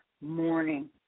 morning